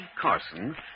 Carson